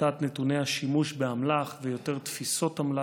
הפחתת נתוני השימוש באמל"ח ויותר תפיסות אמל"ח,